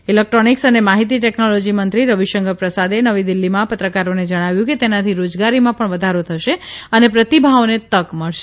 electronics અને માહીતી technology મંત્રી રવિશંકર પ્રસાદે નવી દીલ્ફીમાં પત્રકારોને જણાવ્યું કે તેનાથી રોજગારીમાં પણ વધારો થશે અને પ્રતિભાઓને તક મળશે